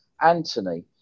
Anthony